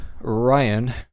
Ryan